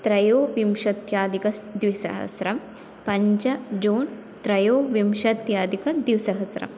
त्रयोविंशत्यधिकद्विसहस्रं पञ्च जून् त्रयोविंशत्यधिकद्विसहस्रम्